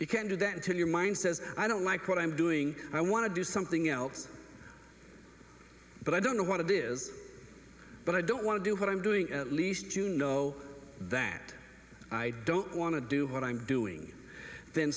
you can't do that until your mind says i don't like what i'm doing i want to do something else but i don't know what it is but i don't want to do what i'm doing at least to know that i don't want to do what i'm doing then